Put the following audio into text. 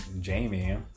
Jamie